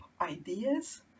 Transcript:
ideas